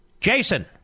Jason